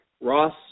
Ross